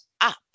up